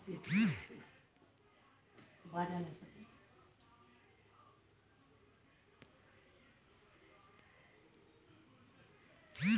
बरसा नदी केरो किनारा पर मानव सभ्यता बिकसित होय म कठिनाई होलो छलै